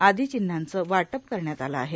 आदी चिन्हांचं वाटप करण्यात आलं आहे